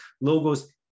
logos